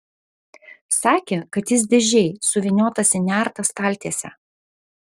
sakė kad jis dėžėj suvyniotas į nertą staltiesę